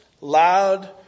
loud